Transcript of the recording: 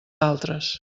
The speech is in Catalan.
altres